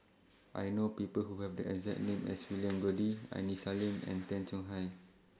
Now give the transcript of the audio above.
I know People Who Have The exact name as William Goode Aini Salim and Tay Chong Hai